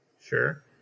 sure